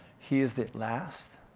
he is the last,